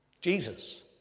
Jesus